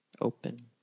open